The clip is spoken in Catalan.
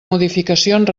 modificacions